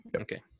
Okay